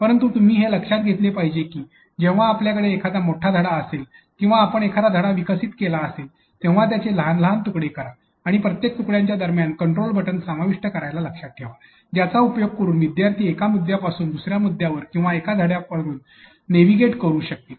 परंतु तुम्ही हे लक्षात घेतले पाहिजे की जेव्हा आपल्याकडे एखादा मोठा धडा असेल किंवा आपण एखादा धडा विकसित केला असेल तेव्हा त्याचे लहान लहान तुकडे करा आणि प्रत्येक तुकड्यांच्या दरम्यान कंट्रोल बटण समाविष्ट करायचे लक्षात ठेवा ज्याचा उपयोग करून विद्यार्थी एका मुद्दया पासून दुसर्या मुद्दयावर किंवा एका धडयावरुन नेव्हिगेट करू शकतील